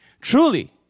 Truly